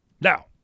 Now